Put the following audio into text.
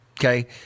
Okay